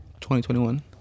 2021